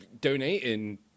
donating